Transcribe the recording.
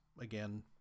Again